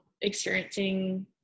experiencing